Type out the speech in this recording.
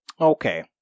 Okay